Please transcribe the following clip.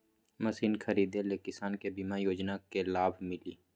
Machine खरीदे ले किसान के बीमा योजना के लाभ मिली?